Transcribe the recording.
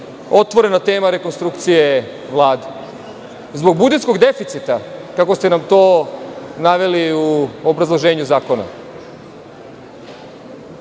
otvorena tema rekonstrukcije Vlade? Zbog budžetskog deficita, kako ste nam to naveli u obrazloženju zakona?